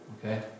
Okay